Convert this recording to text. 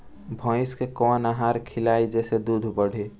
भइस के कवन आहार खिलाई जेसे दूध बढ़ी?